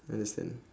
understand